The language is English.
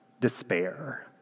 despair